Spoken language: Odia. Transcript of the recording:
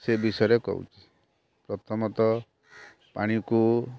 ସେ ବିଷୟରେ କହୁଛି ପ୍ରଥମତଃ ପାଣିକୁ